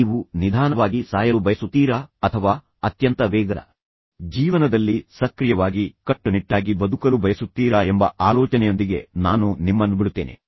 ಆದ್ದರಿಂದ ನೀವು ನಿಧಾನವಾಗಿ ಸಾಯಲು ಬಯಸುತ್ತೀರಾ ಅಥವಾ ಅತ್ಯಂತ ವೇಗದ ಜೀವನದಲ್ಲಿ ಸಕ್ರಿಯವಾಗಿ ಕಟ್ಟುನಿಟ್ಟಾಗಿ ಬದುಕಲು ಬಯಸುತ್ತೀರಾ ಎಂಬ ಆಲೋಚನೆಯೊಂದಿಗೆ ನಾನು ನಿಮ್ಮನ್ನು ಬಿಡುತ್ತೇನೆ